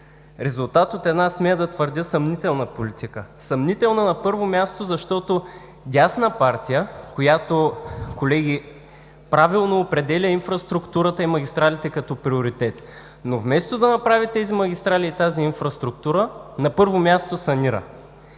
резултат, смея да твърдя, от една съмнителна политика. Съмнителна, на първо място, защото дясна партия, която правилно определя инфраструктурата и магистралите като приоритет, но вместо да направи тези магистрали и инфраструктура, на първо място санира.